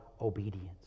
obedience